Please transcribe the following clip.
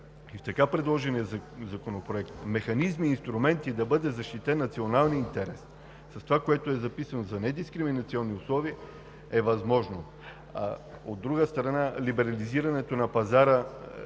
и в предложения законопроект механизми и инструменти да бъде защитен националният интерес с това, което е записано за недискриминационни условия, е възможно. От друга страна, относно либерализирането на пазара